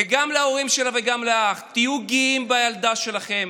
וגם להורים שלה וגם לאח: תהיו גאים בילדה שלכם,